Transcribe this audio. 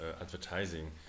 advertising